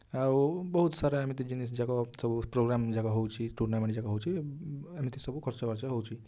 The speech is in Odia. ଆଉ ବହୁତ୍ ସାରା ଏମିତି ଜିନିଷ୍ ଯାକ ସବୁ ପ୍ରୋଗ୍ରାମ୍ ଯାକ ହେଉଛି ଟୁର୍ଣ୍ଣାମେଣ୍ଟ୍ ଯାକ ହେଉଛି ଏମିତି ସବୁ ଖର୍ଚ୍ଚବାର୍ଚ୍ଚ ହେଉଛି